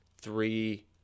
three